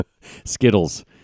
Skittles